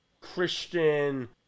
christian